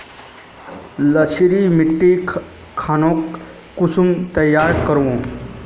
क्षारी मिट्टी खानोक कुंसम तैयार करोहो?